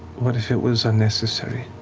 what if it was unnecessary?